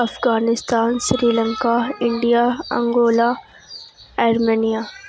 Afghanistan Sri Lanka India Angola Armenia